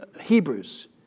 Hebrews